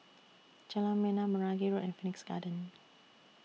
Jalan Bena Meragi Road and Phoenix Garden